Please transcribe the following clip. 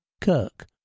Kirk